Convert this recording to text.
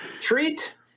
treat